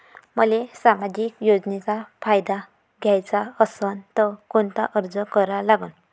मले सामाजिक योजनेचा फायदा घ्याचा असन त कोनता अर्ज करा लागन?